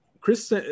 Chris